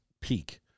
peak